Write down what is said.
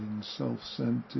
self-centered